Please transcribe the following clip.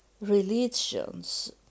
religions